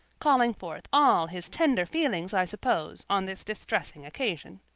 calling forth all his tender feelings, i suppose, on this distressing occasion.